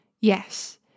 Yes